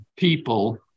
People